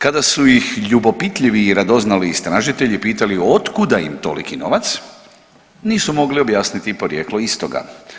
Kada su ih ljubopitljivi i radoznali istražitelji pitali od kuda im toliki novac, nisu mogli objasniti porijeklo istoga.